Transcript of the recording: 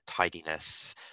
tidiness